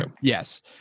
Yes